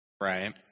right